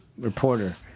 reporter